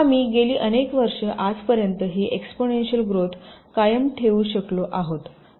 आम्ही गेली अनेक वर्षं आजपर्यंत ही एक्सपोनेंशिअल ग्रोथ कायम ठेवू शकलो आहोत